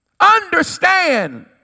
Understand